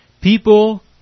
People